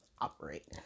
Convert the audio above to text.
operate